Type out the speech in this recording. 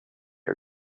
are